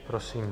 Prosím.